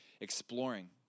exploring